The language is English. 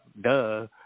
duh